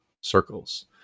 circles